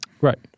Right